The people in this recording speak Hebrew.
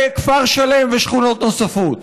כפר שלם ושכונות נוספות.